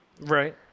Right